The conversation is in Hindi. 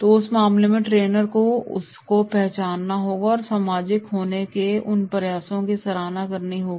तो उस मामले में ट्रेनर को उसको पहचानना होगा और सामाजिक होने के उनके प्रयासों की सराहना करनी चाहिए